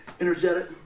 energetic